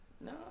no